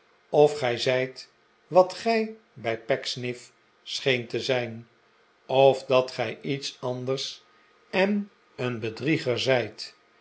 of gij zijt wat gij bij pecksniff scheent te zijn of dat gij iets anders en een bedrieger zijt